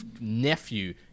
nephew